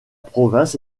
province